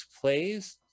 plays